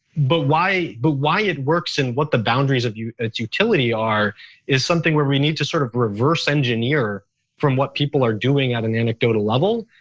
but why but why it works and what the boundaries of its utility are is something where we need to sort of reverse engineer from what people are doing at an anecdotal level.